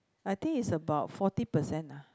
I think it's about forty percent ah